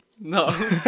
no